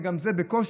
וגם זה בקושי,